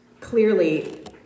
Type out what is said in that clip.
Clearly